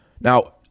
Now